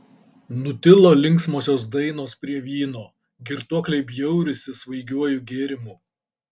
nutilo linksmosios dainos prie vyno girtuokliai bjaurisi svaigiuoju gėrimu